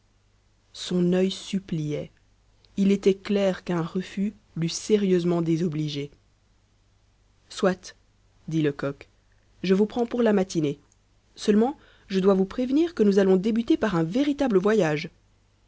son œil suppliait il était clair qu'un refus l'eût sérieusement désobligé soit dit lecoq je vous prends pour la matinée seulement je dois vous prévenir que nous allons débuter par un véritable voyage